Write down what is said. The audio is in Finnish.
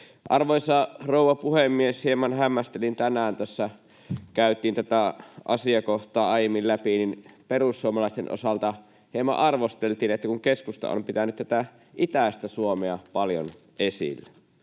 Arvoisa rouva puhemies! Hieman hämmästelin tänään, kun tässä käytiin tätä asiakohtaa aiemmin läpi, että perussuomalaisten osalta hieman arvosteltiin, että keskusta on pitänyt tätä itäistä Suomea paljon esillä.